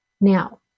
Now